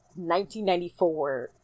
1994